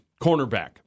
cornerback